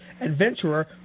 adventurer